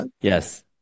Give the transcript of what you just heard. Yes